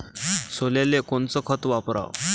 सोल्याले कोनचं खत वापराव?